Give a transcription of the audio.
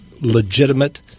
legitimate